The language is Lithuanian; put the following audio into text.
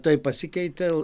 taip pasikeitė